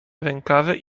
rękawy